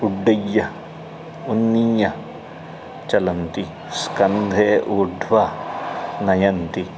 उड्डय्य उन्नीय चलन्ति स्कन्धे ऊढ्वा नयन्ति